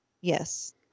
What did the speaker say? Yes